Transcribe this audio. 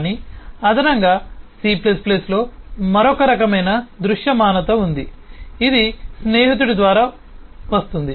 కానీ అదనంగా C లో మరొక రకమైన దృశ్యమానత ఉంది ఇది స్నేహితుడి ద్వారా వస్తుంది